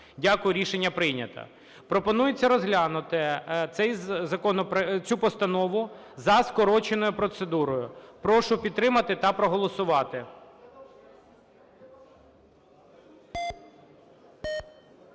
Дякую. Рішення прийнято. Пропонується розглянути цю постанову за скороченою процедурою. Прошу підтримати та проголосувати.